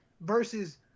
versus